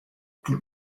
que